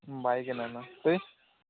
ମାଇକିନା ନା ସେ